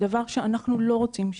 דבר שאנחנו לא רוצים שיקרה.